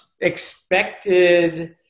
expected